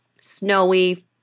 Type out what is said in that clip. Snowy